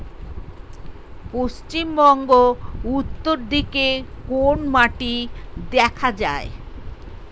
পশ্চিমবঙ্গ উত্তর দিকে কোন মাটি দেখা যায়?